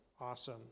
Awesome